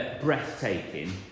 breathtaking